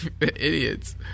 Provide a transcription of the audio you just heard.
idiots